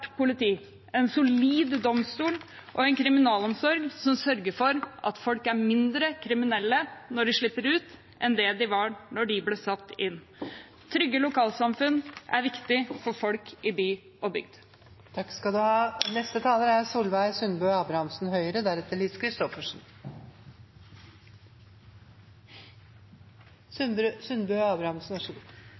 politi, en solid domstol og en kriminalomsorg som sørger for at folk er mindre kriminelle når de slipper ut, enn de var da de ble satt inn. Trygge lokalsamfunn er viktig for folk i by og bygd. Det er